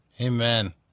Amen